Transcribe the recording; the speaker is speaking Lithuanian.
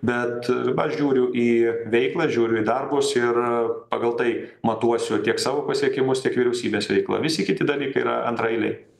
bet aš žiūriu į veiklą žiūriu į darbus ir pagal tai matuosiu tiek savo pasiekimus tiek vyriausybės veiklą visi kiti dalykai yra antraeiliai